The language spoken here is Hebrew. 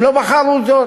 הם לא בחרו זאת.